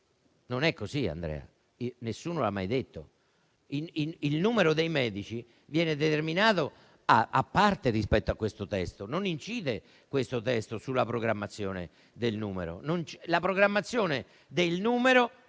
Non è così, e nessuno l'ha mai detto. Il numero dei medici viene determinato a parte rispetto a questo testo, che non incide sulla programmazione del numero,